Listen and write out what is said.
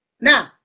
Now